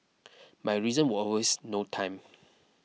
my reason were always no time